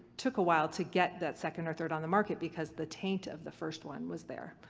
took a while to get that second or third on the market, because the taint of the first one was there.